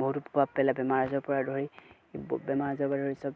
বহুতো প্ৰভাৱ পেলাই বেমাৰ আজাৰৰপৰা ধৰি বেমাৰ আজাৰৰপৰা ধৰি চব